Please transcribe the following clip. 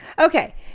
Okay